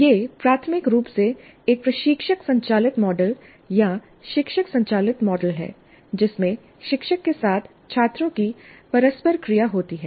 यह प्राथमिक रूप से एक प्रशिक्षक संचालित मॉडल या शिक्षक संचालित मॉडल है जिसमें शिक्षक के साथ छात्रों की परस्पर क्रिया होती है